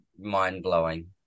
mind-blowing